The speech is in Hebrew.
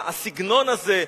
הסגנון הזה,